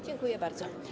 Dziękuję bardzo.